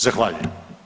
Zahvaljujem.